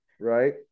right